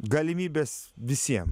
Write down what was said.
galimybės visiem